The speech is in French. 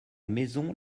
maison